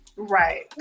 Right